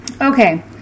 Okay